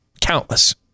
Countless